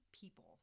people